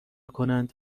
کنند